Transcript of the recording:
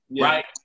right